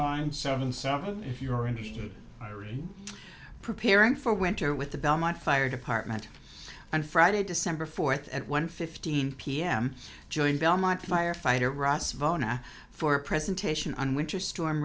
line seven seven if you're interested i read preparing for winter with the belmont fire department and friday december fourth at one fifteen pm join belmont firefighter ross vona for a presentation on winter storm